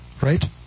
right